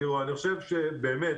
תראו, באמת,